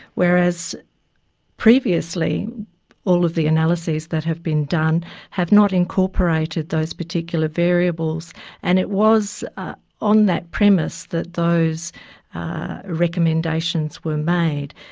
whereas previously all of the analyses that have been done have not incorporated those particular variables and it was on that premise that those recommendations were made.